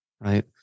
right